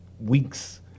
weeks